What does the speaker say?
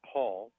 Paul